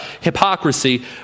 hypocrisy